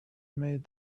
made